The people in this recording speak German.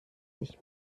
sich